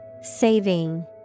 Saving